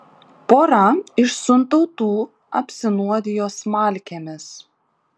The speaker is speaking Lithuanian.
pora iš suntautų apsinuodijo smalkėmis